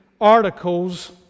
articles